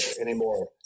anymore